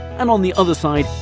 and on the other side,